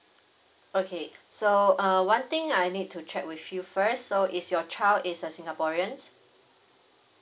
okay so err one thing I need to check with you first so is your child is a singaporean